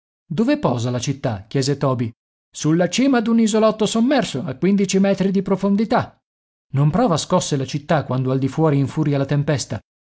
dove posa la città chiese toby sulla cima d'un isolotto sommerso a quindici metri di profondità non prova scosse la città quando al di fuori infuria la tempesta